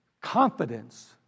confidence